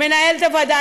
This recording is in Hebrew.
מנהלת הוועדה.